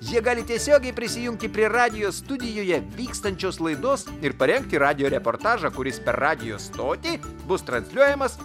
jie gali tiesiogiai prisijungti prie radijo studijoje vykstančios laidos ir parengti radijo reportažą kuris per radijo stotį bus transliuojamas